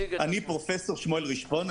אני שמואל רשפון,